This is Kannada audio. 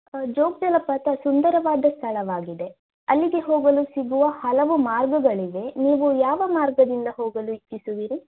ಜೋಗ ಜಲಪಾತ ಸುಂದರವಾದ ಸ್ಥಳವಾಗಿದೆ ಅಲ್ಲಿಗೆ ಹೋಗಲು ಸಿಗುವ ಹಲವು ಮಾರ್ಗಗಳಿವೆ ನೀವು ಯಾವ ಮಾರ್ಗದಿಂದ ಹೋಗಲು ಇಚ್ಛಿಸುವಿರಿ